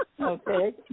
Okay